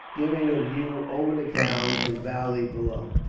giving a view over the town and valley below.